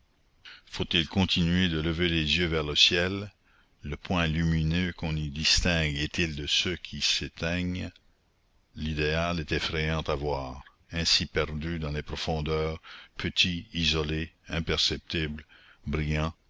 faut-il continuer de lever les yeux vers le ciel le point lumineux qu'on y distingue est-il de ceux qui s'éteignent l'idéal est effrayant à voir ainsi perdu dans les profondeurs petit isolé imperceptible brillant